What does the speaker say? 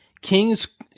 King's